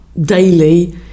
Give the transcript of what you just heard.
daily